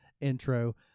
intro